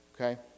okay